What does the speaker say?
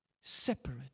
Separate